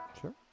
Sure